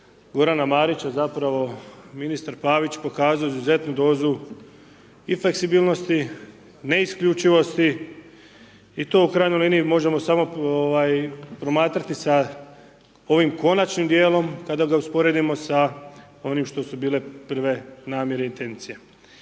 Gorana Marića zapravo ministar Pavić pokazao izuzetnu dozu i fleksibilnosti, neisključivosti i to u krajnjoj liniji možemo samo promatrati sa ovim konačnim dijelom kada ga usporedimo sa onim što su bile prve namjere i intencije.